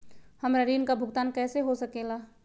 हमरा ऋण का भुगतान कैसे हो सके ला?